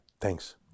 Thanks